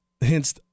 hence